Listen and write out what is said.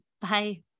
Bye